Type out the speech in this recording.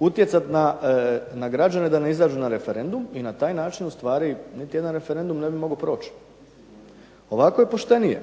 utjecati na građane da ne izađu na referendum i na taj način ustvari niti jedan referendum ne bi mogao proći. Ovako je poštenije,